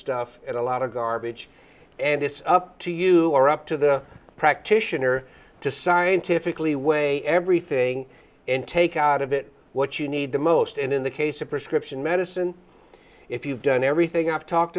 stuff and a lot of garbage and it's up to you or up to the practitioner to scientifically weigh everything in take out of it what you need the most and in the case of prescription medicine if you've done everything i've talked